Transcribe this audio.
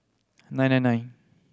nine nine nine